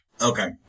Okay